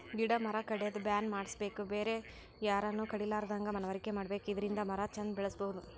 ಗಿಡ ಮರ ಕಡ್ಯದ್ ಬ್ಯಾನ್ ಮಾಡ್ಸಬೇಕ್ ಬೇರೆ ಯಾರನು ಕಡಿಲಾರದಂಗ್ ಮನವರಿಕೆ ಮಾಡ್ಬೇಕ್ ಇದರಿಂದ ಮರ ಚಂದ್ ಬೆಳಸಬಹುದ್